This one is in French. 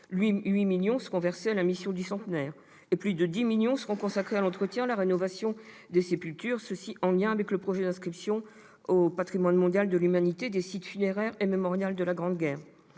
8 millions d'euros seront versés à la mission du centenaire et plus de 10 millions d'euros seront consacrés à l'entretien et à la rénovation des sépultures, et ce en lien avec le projet d'inscription au patrimoine mondial de l'humanité des sites funéraires et mémoriels de la Grande Guerre.